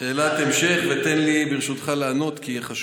שאלות המשך, מותר לי.